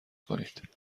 کنید